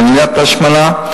מניעת ההשמנה,